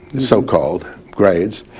so called, grades,